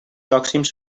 pròxims